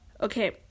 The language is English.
okay